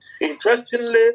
Interestingly